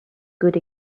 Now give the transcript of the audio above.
good